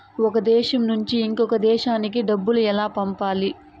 ఒక దేశం నుంచి ఇంకొక దేశానికి డబ్బులు ఎలా పంపాలి?